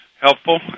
helpful